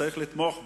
וצריך לתמוך בה,